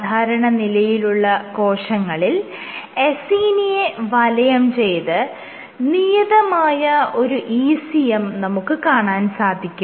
സാധാരണനിലയിലുള്ള കോശങ്ങളിൽ അസീനിയെ വലയം ചെയ്ത് നിയതമായ ഒരു ECM നമുക്ക് കാണാൻ സാധിക്കും